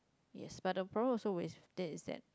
yes but the problem also with that is that